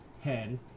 head